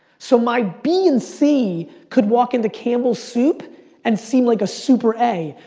so my b and c could walk into campbell's soup and seem like a super a.